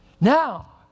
Now